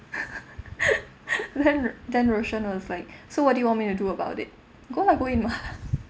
then then roshen was like so what do you want me to do about it go lah go in mah